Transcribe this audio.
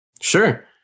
Sure